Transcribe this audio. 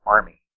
Army